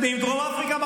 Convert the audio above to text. עם דרום אפריקה,